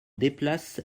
déplace